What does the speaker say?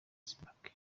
zimbabwe